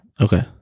Okay